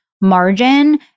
margin